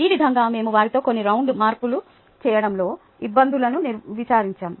ఈ విధంగా మేము వారితో కొన్ని రౌండ్ మార్పులు చేయడంలో ఇబ్బందులను నివారించాము